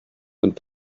and